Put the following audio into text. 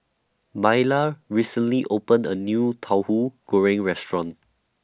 Myla recently opened A New Tauhu Goreng Restaurant